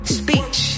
speech